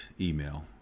email